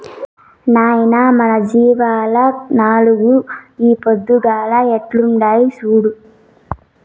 నాయనా మన జీవాల్ల నాలుగు ఈ పొద్దుగాల ఈకట్పుండాయి చూడు